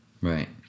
right